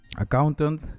accountant